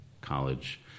college